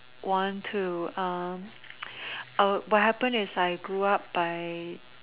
want to uh uh what happen is when I grew up I